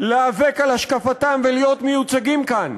להיאבק על השקפתם ולהיות מיוצגים כאן.